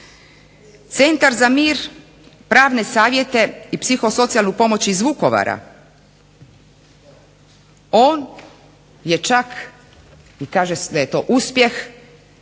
Centar za mir pravne savjete i psihosocijalnu pomoć iz Vukovara, on je čak i kaže se da je to uspjeh